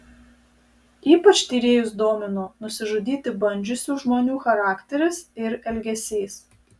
ypač tyrėjus domino nusižudyti bandžiusių žmonių charakteris ir elgesys